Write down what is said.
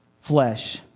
flesh